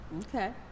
Okay